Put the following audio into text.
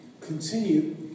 continue